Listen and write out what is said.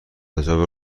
حجاب